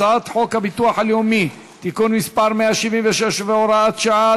הצעת חוק הביטוח הלאומי (תיקון מס' 176 והוראת שעה),